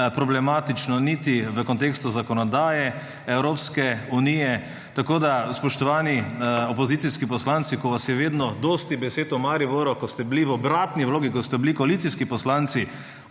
problematično niti v kontekstu zakonodaje Evropske unije. Tako da, spoštovani opozicijski poslanci, ko vas je vedno dosti besed o Mariboru, ko ste bili v obratni vlogi, ko ste bili koalicijski poslanci,